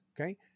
okay